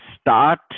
start